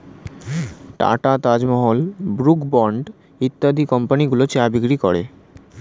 tata, Taj Mahal, Brooke Bond ইত্যাদি কোম্পানিগুলো চা বিক্রি করে